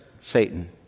Satan